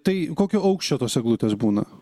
tai kokio aukščio tos eglutės būna